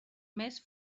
més